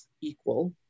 equal